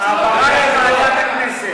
העברה לוועדת הכנסת.